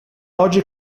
oggi